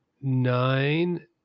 Nine